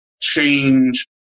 change